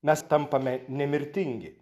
mes tampame nemirtingi